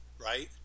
right